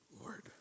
Lord